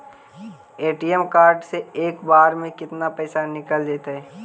ATM card से एक बार में केतना पैसा निकल जइतै?